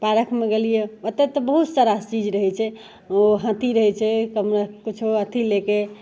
पार्कमे गेलिए ओतए तऽ बहुत सारा चीज रहै छै ओ हाथी रहै छै सबमे किछु अथी लैके